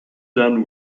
done